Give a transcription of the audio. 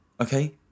Okay